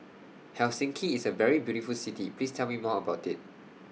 Helsinki IS A very beautiful City Please Tell Me More about IT